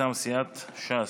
מטעם סיעת ש"ס,